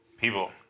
People